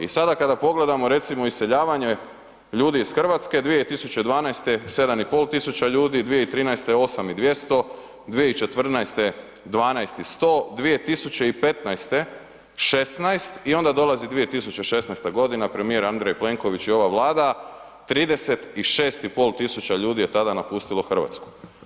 I sada kada pogledamo recimo iseljavanje ljudi iz Hrvatske 2012. 7.500 ljudi, 2013. 8.200, 2014. 12.100, 2015. 16.000 i onda dolazi 2016. godina premijer Andrej Plenković i ova Vlada 36.500 ljudi je tada napustilo Hrvatsku.